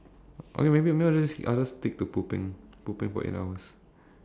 okay maybe maybe I'll just I'll just stick to pooping pooping for eight hours